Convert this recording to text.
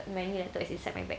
my new laptop is inside my bag